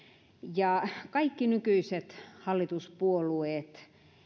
kaikki nykyiset hallituspuolueet